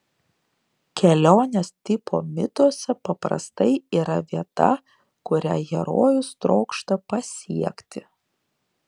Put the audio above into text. kelionės tipo mituose paprastai yra vieta kurią herojus trokšta pasiekti